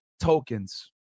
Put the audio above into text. tokens